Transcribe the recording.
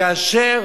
כאשר